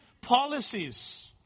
policies